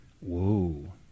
Whoa